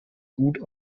gut